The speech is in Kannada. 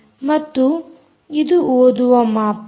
ಮತ್ತು ಇದು ಓದುವ ಮಾಪನ